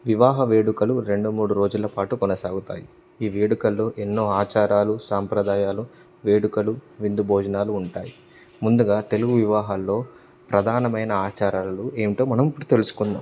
వివాహ వేడుకలు రెండు మూడు రోజుల పాటు కొనసాగుతాయి ఈ వేడుకల్లో ఎన్నో ఆచారాలు సాంప్రదాయాలు వేడుకలు విందు భోజనాలు ఉంటాయి ముందుగా తెలుగు వివాహాల్లో ప్రధానమైన ఆచారాలు ఏమిటో మనం ఇప్పుడు తెలుసుకుందాం